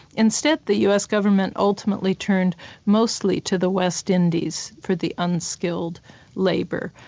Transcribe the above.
instead the us government ultimately turned mostly to the west indies for the unskilled labour.